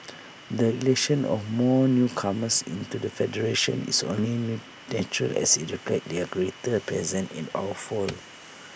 the election of more newcomers into the federation is only natural as IT reflects their greater presence in our fold